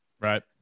Right